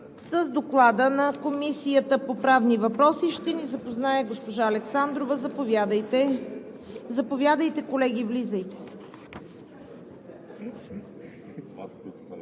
С Доклада на Комисията по правни въпроси ще ни запознае госпожа Александрова. Заповядайте. Заповядайте,